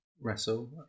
wrestle